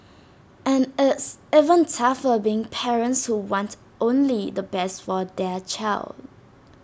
and it's even tougher being parents who want only the best for their child